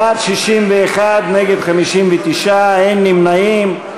בעד, 61, נגד, 59, אין נמנעים.